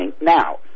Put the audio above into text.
Now